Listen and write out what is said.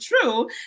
true